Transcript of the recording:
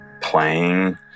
playing